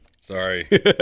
Sorry